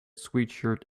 sweatshirt